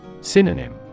Synonym